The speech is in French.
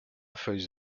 feuilles